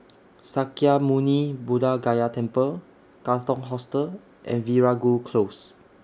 Sakya Muni Buddha Gaya Temple Katong Hostel and Veeragoo Close